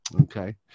Okay